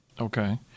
okay